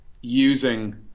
using